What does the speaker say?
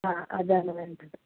ആ അതാണ് വേണ്ടത്